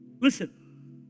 Listen